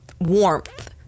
warmth